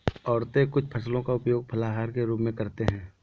औरतें कुछ फसलों का उपयोग फलाहार के रूप में करते हैं